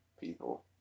people